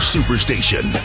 Superstation